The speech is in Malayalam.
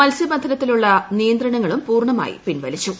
മത്സ്യബന്ധനത്തിനുള്ള നിയന്ത്രണങ്ങളും പൂർണ്ണമായി പിൻവലിച്ചു